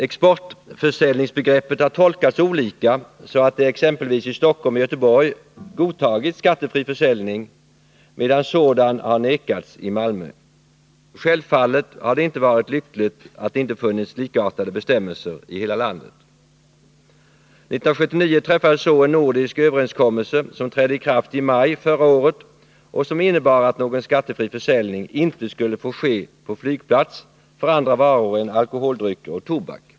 Exportförsäljningsbegreppet har tolkats olika, så att exempelvis skattefri försäljning godtagits i Stockholm och Göteborg, medan sådan har vägrats i Malmö. Självfallet har det inte varit lyckligt att det inte funnits likartade bestämmelser i hela landet. År 1979 träffades så en nordisk överenskommelse, som trädde i kraft den 1 maj förra året och som innebar att någon skattefri försäljning inte skulle få ske på flygplats för andra varor än alkoholdrycker och tobak.